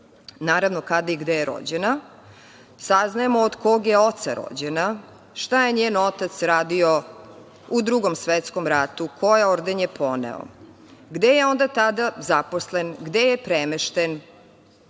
naravno, kada i gde je rođena, saznajemo od kog je oca rođena, šta je njen otac radio u Drugom svetskom ratu, koje je ordenje poneo, gde je bio zaposlen, gde je premešten,